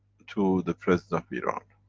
to the president of iran.